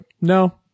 no